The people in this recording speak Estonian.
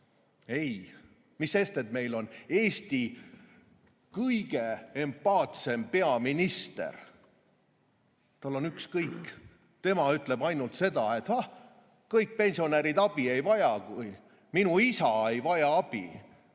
Ei. Mis sellest, et meil on Eesti kõige empaatilisem peaminister. Tal on ükskõik. Tema ütleb ainult seda, et hah, kõik pensionärid abi ei vaja, minu isa ei vaja abi.